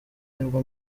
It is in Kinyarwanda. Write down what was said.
nibwo